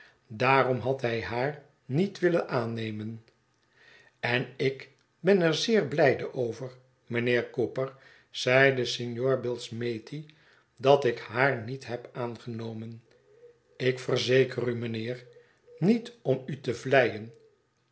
daarom had hij haar niet willen aannemen en ik ben er zeer blijdeover mijnheer cooper zeide signor billsmethi dat ik haar niet heb aangenomen ik verzeker u mijnheer niet om u te vleien